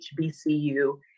HBCU